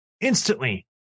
instantly